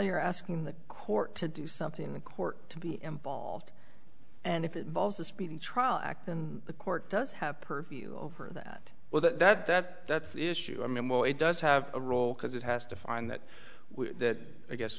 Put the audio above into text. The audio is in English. you're asking the court to do something in court to be emboldened and if it involves a speedy trial act then the court does have purview over that well that that that that's the issue i mean well it does have a role because it has to find that that i guess